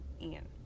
Ian